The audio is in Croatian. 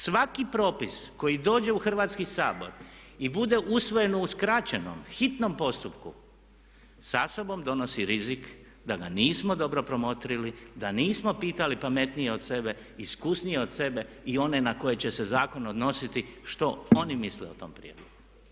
Svaki propis koji dođe u Hrvatski sabor i bude usvojen u uskraćenom, hitnom postupku sa sobom donosi rizik da ga nismo dobro promotrili, da nismo pitali pametnije od sebe, iskusnije od sebe i one na koje će se zakon odnositi što oni misle o tom prijedlogu.